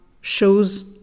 shows